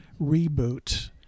reboot